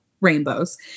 rainbows